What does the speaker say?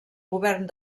govern